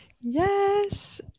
yes